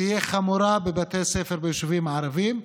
תהיה חמורה בבתי הספר ביישובים הערביים,